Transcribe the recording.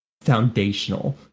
foundational